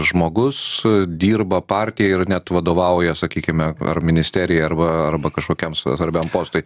žmogus dirba partijai ir net vadovauja sakykime ar ministerijai arba arba kažkokiam svarbiam postui